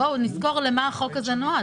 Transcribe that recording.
נזכור למה החוק הזה נועד.